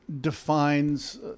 defines